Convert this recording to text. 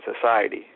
society